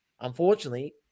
unfortunately